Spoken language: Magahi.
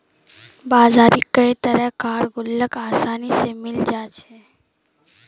बजारत कई तरह कार गुल्लक आसानी से मिले जा छे